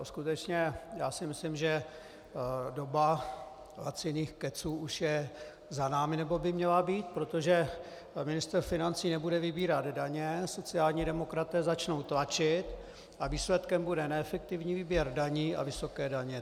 Skutečně si myslím, že doba laciných keců už je za námi, nebo by měla být, protože pan ministr financí nebude vybírat daně, sociální demokraté začnou tlačit a výsledkem bude neefektivní výběr daní a vysoké daně.